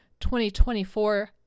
2024